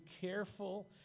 careful